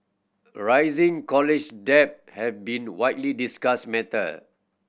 rising college debt has been widely discussed matter